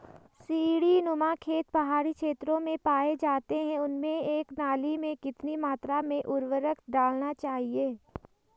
सीड़ी नुमा खेत पहाड़ी क्षेत्रों में पाए जाते हैं उनमें एक नाली में कितनी मात्रा में उर्वरक डालना चाहिए?